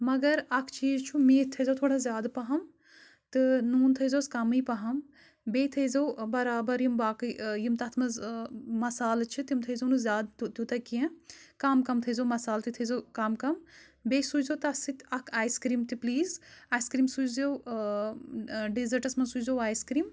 مَگر اَکھ چیٖز چھُ میٖتھۍ تھٲیزیو تھوڑا زیادٕ پَہَم تہٕ نوٗن تھٲیزیوس کَمٕے پَہَم بیٚیہِ تھٲیزیو برابر یِم باقٕے یِم تَتھ منٛز مصالہٕ چھِ تِم تھٲیزیو نہٕ زیادٕ تیوٗتاہ کینٛہہ کَم کَم تھٔیزیو مصالہٕ تُہۍ تھٲیزیو کَم کَم بیٚیہِ سوٗزۍزیو تَتھ سۭتۍ اَکھ آیِس کِرٛیٖم تہِ پٕلیٖز آیِس کِرٛیٖم سوٗزۍزیو ڈٮ۪زٲٹَس منٛز سوٗزۍزیو آیِس کِرٛیٖم